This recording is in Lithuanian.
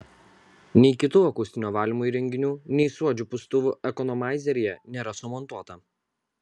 nei kitų akustinio valymo įrenginių nei suodžių pūstuvų ekonomaizeryje nėra sumontuota